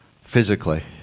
physically